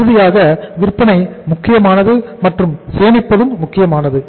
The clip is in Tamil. இறுதியாக விற்பனை முக்கியமானது மற்றும் சேமிப்பதும் முக்கியமானது